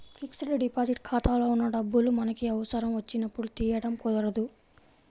fixed deposit ఖాతాలో ఉన్న డబ్బులు మనకి అవసరం వచ్చినప్పుడు తీయడం కుదరదు